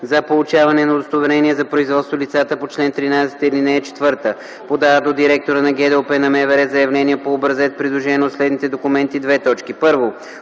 За получаване на удостоверение за производство лицата по чл. 13, ал. 4 подават до директора на ГДОП на МВР заявление по образец, придружено от следните документи: 1.